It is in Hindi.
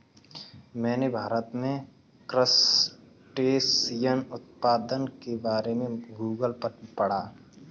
मैंने भारत में क्रस्टेशियन उत्पादन के बारे में गूगल पर पढ़ा